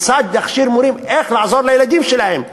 כיצד להכשיר מורים איך לעזור לילדים שלהם,